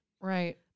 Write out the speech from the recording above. Right